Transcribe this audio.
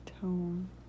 tone